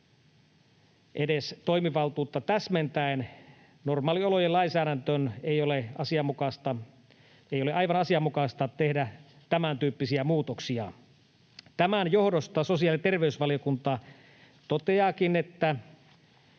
edes toimivaltuutta täsmentäen normaaliolojen lainsäädäntöön ei ole aivan asianmukaista tehdä tämäntyyppisiä muutoksia. Tämän johdosta sosiaali‑ ja terveysvaliokunta toteaakin, että